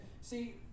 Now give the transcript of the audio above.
See